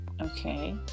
okay